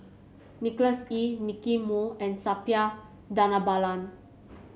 Nicholas Ee Nicky Moey and Suppiah Dhanabalan